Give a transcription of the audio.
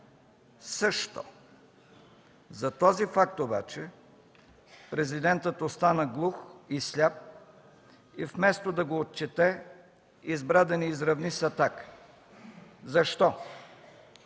също. За този факт обаче Президентът остана глух и сляп и вместо да го отчете, избра да ни изравни с „Атака”. Защо?